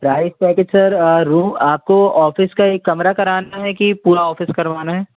price package sir room आपको office का एक कमरा कराना है कि पूरा ऑफ़िस करवाना है